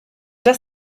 das